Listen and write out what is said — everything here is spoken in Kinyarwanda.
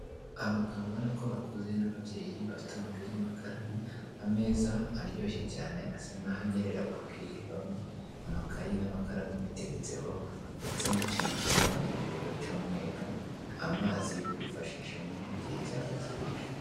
Abagabo ubona ko bakuze n'ababyeyi bafite amakayi n'amakaramu; ameza aryoshye cyane asa n'aho anyerera bakirebamo. Amakayi n'amakaramu biteretseho, ndetse n'ikintu kibazanira umuriro cy'umweru, amazi yo kwifashisha nyine igihe icyaka kibishe.